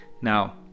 Now